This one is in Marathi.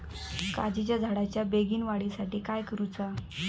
काजीच्या झाडाच्या बेगीन वाढी साठी काय करूचा?